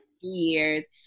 years